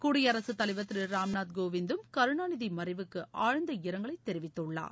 குடியரசுத் தலைவர் திருராம் நாத் கோவிந்தும் கருணாநிதிமறைவுக்குஆழ்ந்த இரங்கல் தெரிவித்துள்ளார்